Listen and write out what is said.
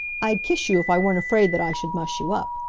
i'd kiss you if i weren't afraid that i should muss you up.